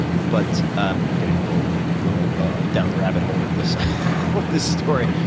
but i'm getting a little little ah down the rabbit hole with this with this story.